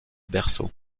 berceau